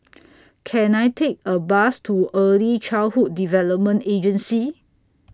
Can I Take A Bus to Early Childhood Development Agency